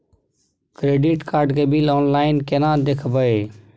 Credit card के bill online केना देखबय?